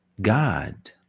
God